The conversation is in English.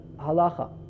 halacha